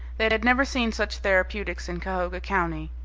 they had never seen such therapeutics in cahoga county,